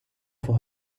for